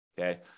okay